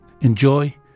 Enjoy